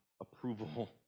approval